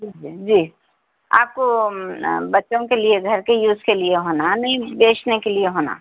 جی آپ کو بچوں کے لیے گھر کے یوز کے لیے ہونا نہیں بیچنے کے لیے ہونا